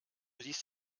ließ